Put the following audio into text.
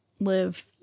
live